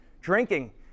Drinking